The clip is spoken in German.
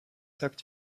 sagt